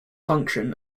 function